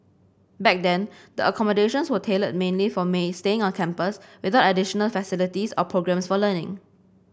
back then the accommodations were tailored mainly for staying on campus without additional facilities or programmes for learning